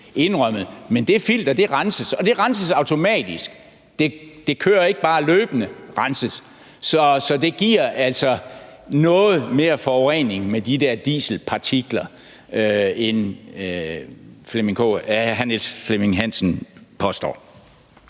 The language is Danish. effektivt, men det filter renses, og det renses automatisk; det renses ikke bare løbende. Så det giver altså noget mere forurening med de der dieselpartikler, end hr. Niels Flemming Hansen påstår.